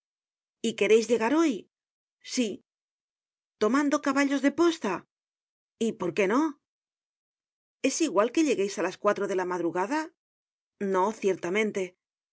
y quereis llegar hoy sí tomando caballos de posta y por qué no es igual que llegueis á las cuatro de la madrugada no ciertamente